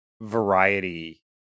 variety